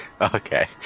okay